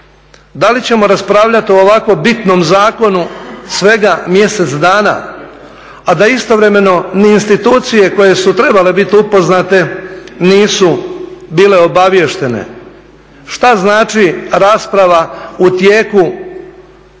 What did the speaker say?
da li ćemo raspravljati o ovako bitnom zakonu svega mjesec dana, a da istovremeno ni institucije koje su trebale biti upoznate nisu bile obaviještene? Što znači rasprava u tijeku